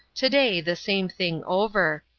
today the same thing over.